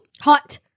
Hot